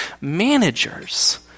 managers